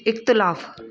इख़्तिलाफ़ु